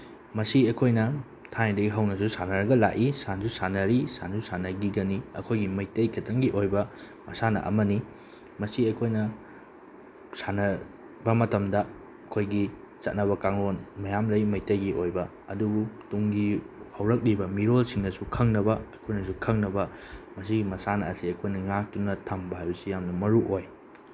ꯃꯁꯤ ꯑꯩꯈꯣꯏꯅ ꯊꯥꯏꯅꯗꯒꯤ ꯍꯧꯅꯁꯨ ꯁꯥꯟꯅꯔꯒ ꯂꯥꯛꯏ ꯁꯥꯟꯁꯨ ꯁꯥꯟꯅꯔꯤ ꯁꯥꯟꯁꯨ ꯁꯥꯟꯅꯈꯤꯒꯅꯤ ꯑꯩꯈꯣꯏꯒꯤ ꯃꯩꯇꯩ ꯈꯛꯇꯪꯒꯤ ꯑꯣꯏꯕ ꯃꯁꯥꯟꯅ ꯑꯃꯅꯤ ꯃꯁꯤ ꯑꯩꯈꯣꯏꯅ ꯁꯥꯟꯅꯕ ꯃꯇꯝꯗ ꯑꯩꯈꯣꯏꯒꯤ ꯆꯠꯅꯕ ꯀꯥꯡꯂꯣꯟ ꯃꯌꯥꯝ ꯂꯩ ꯃꯩꯇꯩꯒꯤ ꯑꯣꯏꯕ ꯑꯗꯨꯕꯨ ꯇꯨꯡꯒꯤ ꯍꯧꯔꯛꯂꯤꯕ ꯃꯤꯔꯣꯜꯁꯤꯡꯅꯁꯨ ꯈꯪꯅꯕ ꯑꯩꯈꯣꯏꯅꯁꯨ ꯈꯪꯅꯕ ꯃꯁꯤꯒꯤ ꯃꯁꯥꯟꯅ ꯑꯁꯦ ꯑꯩꯈꯣꯏꯅ ꯉꯥꯛꯇꯨꯅ ꯊꯝꯕ ꯍꯥꯏꯕꯁꯤ ꯌꯥꯝꯅ ꯃꯔꯨ ꯑꯣꯏ